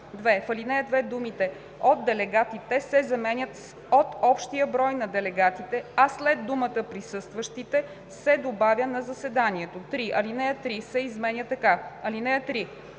В ал. 2 думите „от делегатите“ се заменят с „от общия брой на делегатите“, а след думата „присъстващите“ се добавя „на заседанието“. 3. Алинея 3 се изменя така: